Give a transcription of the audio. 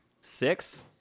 six